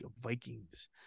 Vikings